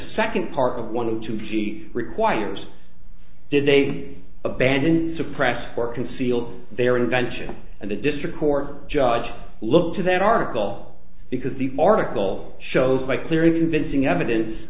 second part of one of the two g requires did they abandon suppress for concealed their invention and the district court judge look to that article because the article shows by clear in visiting evidence